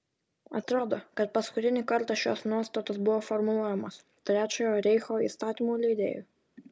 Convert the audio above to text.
atrodo kad paskutinį kartą šios nuostatos buvo formuluojamos trečiojo reicho įstatymų leidėjų